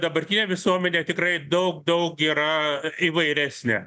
dabartyje visuomenė tikrai daug daug yra įvairesnė